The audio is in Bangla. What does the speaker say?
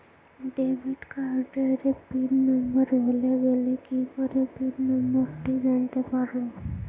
ডেবিট কার্ডের পিন নম্বর ভুলে গেলে কি করে পিন নম্বরটি জানতে পারবো?